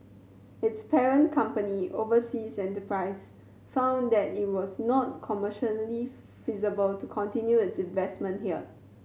its parent company Oversea Enterprise found that it was not commercially feasible to continue its investment here